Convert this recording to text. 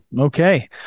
okay